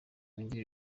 wungirije